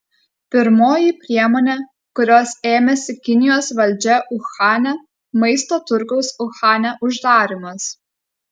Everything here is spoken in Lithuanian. pirmoji priemonė kurios ėmėsi kinijos valdžia uhane maisto turgaus uhane uždarymas